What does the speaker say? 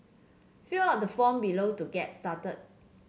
fill out the form below to get started